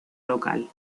local